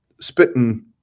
spitting